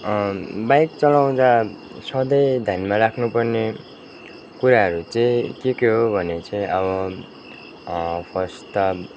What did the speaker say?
bike चलाउँदा सधैँ ध्यानमा राख्नु पर्ने कुराहरू चाहिँ के के हो भने चाहिँ अब फर्स्ट त